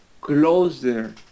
closer